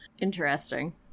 Interesting